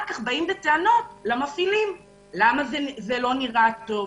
אחר כך באים בטענות למפעילים למה זה לא נראה טוב,